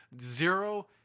Zero